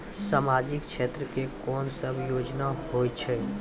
समाजिक क्षेत्र के कोन सब योजना होय छै?